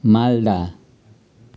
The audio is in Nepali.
मालदा